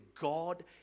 God